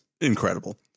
incredible